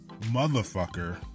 Motherfucker